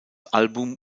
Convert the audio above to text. album